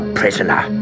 prisoner